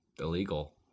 illegal